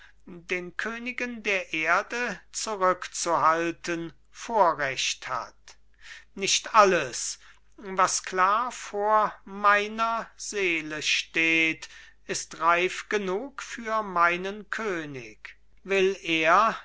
den königen der erde zurückzuhalten vorrecht hat nicht alles was klar vor meiner seele steht ist reif genug für meinen könig will er